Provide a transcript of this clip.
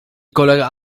kolega